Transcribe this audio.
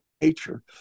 nature